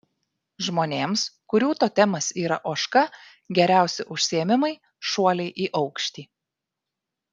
žmonėms kurių totemas yra ožka geriausi užsiėmimai šuoliai į aukštį